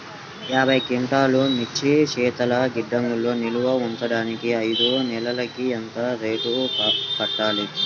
యాభై క్వింటాల్లు మిర్చి శీతల గిడ్డంగిలో నిల్వ ఉంచటానికి ఐదు నెలలకి ఎంత రెంట్ కట్టాలి?